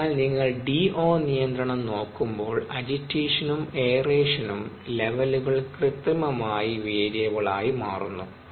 അതിനാൽ നിങ്ങൾ DO നിയന്ത്രണം നോക്കുമ്പോൾ അജിറ്റേഷനും എയറേഷനും ലെവലുകളും ഇമേജിനറി വേരിയബ്ള് ആയി മാറുന്നു